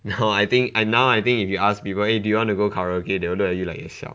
now I think now I think if you ask people eh do you want to go karaoke they will look at you like you siao